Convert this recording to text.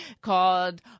called